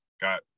got